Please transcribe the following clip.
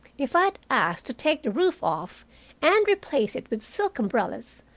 if i had asked to take the roof off and replace it with silk umbrellas,